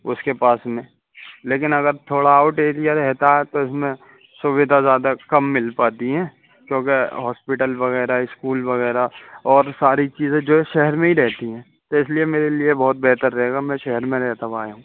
اس کے پاس میں لیکن اگر تھوڑا آؤٹ ایریا رہتا ہے تو اس میں سودھا زیادہ کم مل پاتی ہیں کیونکہ ہاسپٹل وغیرہ اسکول وغیرہ اور ساری چیزیں جو ہے شہر میں ہی رہتی ہیں تو اس لیے میرے لیے بہت بہتر رہے گا میں شہر میں رہتا ہوا آیا ہوں